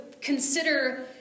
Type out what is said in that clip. consider